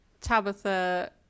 Tabitha